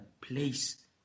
place